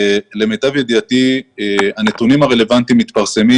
למיטב ידיעתי הנתונים הרלוונטיים מתפרסמים